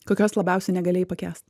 kokios labiausiai negalėjai pakęst